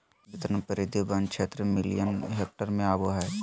बांस बितरण परिधि वन क्षेत्र मिलियन हेक्टेयर में अबैय हइ